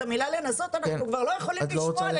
את המילה "לנסות" אנחנו כבר לא יכולים לשמוע.